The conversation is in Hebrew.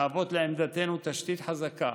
מהוות לעמדתנו תשתית חזקה